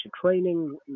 training